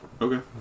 Okay